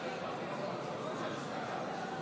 חברי הכנסת,